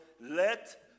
let